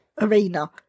arena